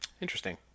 Interesting